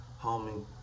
homie